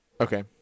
Okay